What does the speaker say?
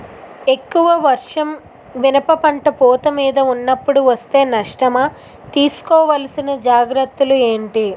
ఎక్కువ వర్షం మిరప పంట పూత మీద వున్నపుడు వేస్తే నష్టమా? తీస్కో వలసిన జాగ్రత్తలు ఏంటి?